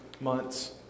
months